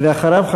ואחריו,